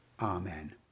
Amen